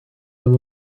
have